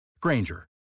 Granger